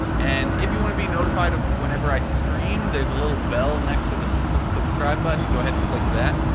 and if you want to be notified of whenever i stream, there's a little bell next to the subscribe button, go ahead and click that.